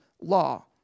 law